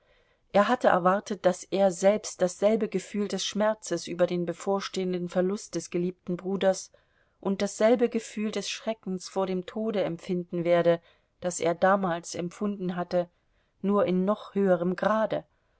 er hatte erwartet daß er selbst dasselbe gefühl des schmerzes über den bevorstehenden verlust des geliebten bruders und dasselbe gefühl des schreckens vor dem tode empfinden werde das er damals empfunden hatte nur in noch höherem grade